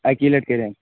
أکۍ لٹہِ کریٛاے